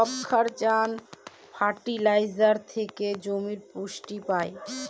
যবক্ষারজান ফার্টিলাইজার থেকে জমি পুষ্টি পায়